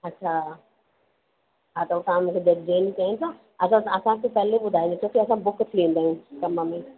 अच्छा हा त हो तव्हां मूंखे जॾहिं जंहिं ॾींह चवंदव असां असांखे पहिरीं ॿुधाए रखो छो की असां बुक थी वेंदा आहियूं कम में